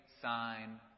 sign